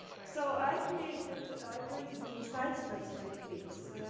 so i created i created the site-specific piece,